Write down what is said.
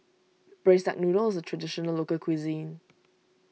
Braised Duck Noodle is a Traditional Local Cuisine